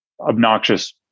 Obnoxious